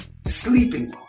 sleeping